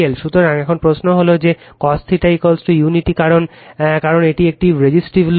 সুতরাং এখন প্রশ্ন হল যে cos θ ইউনিটি কারণ এটি একটি রেজিসটিভ লোড